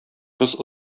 кыз